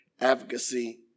advocacy